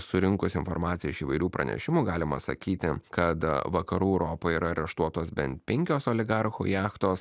surinkus informaciją iš įvairių pranešimų galima sakyti kad vakarų europoj yra areštuotos bent penkios oligarchų jachtos